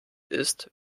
ist